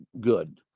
good